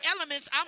elements